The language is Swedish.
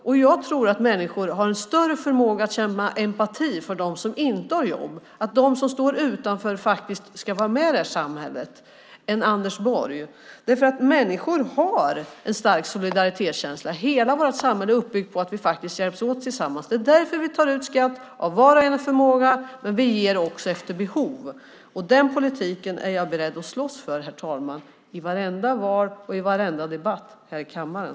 Och jag tror att människor har en större förmåga att känna empati för dem som inte har jobb - jag tror att de tycker att de som står utanför faktiskt ska vara med i det här samhället - än vad Anders Borg har. Människor har nämligen en stark solidaritetskänsla. Hela vårt samhälle är uppbyggt på att vi hjälps åt tillsammans. Det är därför vi tar ut skatt av var och en efter förmåga, men vi ger också efter behov. Den politiken är jag beredd att slåss för, herr talman, i vartenda val och i varenda debatt här i kammaren.